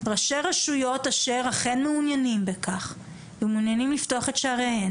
ראשי רשויות אשר אכן מעוניינים בכך ומעוניינים לפתוח את שעריהם